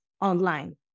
online